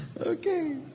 Okay